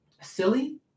silly